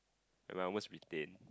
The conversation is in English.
when I almost retain